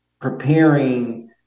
preparing